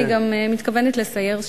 אני גם מתכוונת לסייר שם.